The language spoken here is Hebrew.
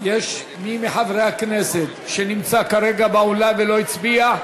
יש מי מחברי הכנסת שנמצא כרגע באולם ולא הצביע?